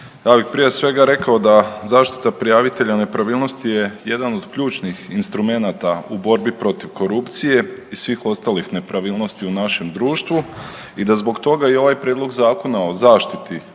Ja bih prije svega rekao da zaštita prijavitelja nepravilnosti je jedan od ključnih instrumenata u borbi protiv korupcije i svih ostalih nepravilnosti u našem društvu i da zbog toga i ovaj Prijedlog zakona o zaštiti